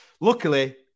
Luckily